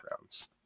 rounds